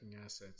assets